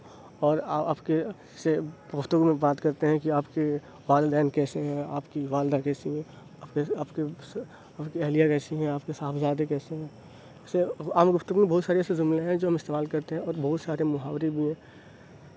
اور آ آپ کے سے گفتگو میں بات کرتے ہیں کہ آپ کے والدین کیسے ہیں آپ کی والدہ کیسی ہیں آپ کے آپ کے آپ کی اہلیہ کیسی ہیں آپ کے صاحبزادے کیسے ہیں ایسے عام گفتگو میں بہت سارے ایسے جملے ہیں جو ہم استعمال کرتے ہیں اور بہت سارے محاورے بھی ہیں